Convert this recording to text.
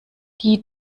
die